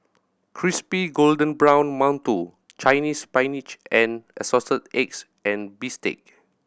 crispy golden brown mantou Chinese Spinach with Assorted Eggs and bistake